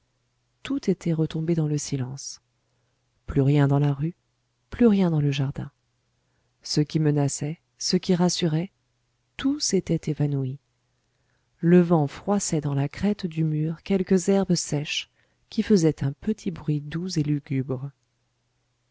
tout était retombé dans le silence plus rien dans la rue plus rien dans le jardin ce qui menaçait ce qui rassurait tout s'était évanoui le vent froissait dans la crête du mur quelques herbes sèches qui faisaient un petit bruit doux et lugubre